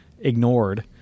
ignored